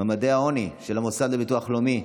ממדי העוני של המוסד לביטוח לאומי,